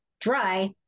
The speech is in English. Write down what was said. dry